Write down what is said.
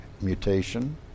mutation